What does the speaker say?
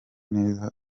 neza